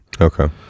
Okay